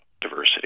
diversity